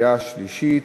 בקריאה שלישית.